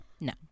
No